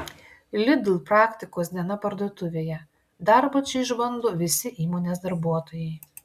lidl praktikos diena parduotuvėje darbą čia išbando visi įmonės darbuotojai